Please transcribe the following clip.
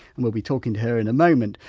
and we'll be talking to her in a moment.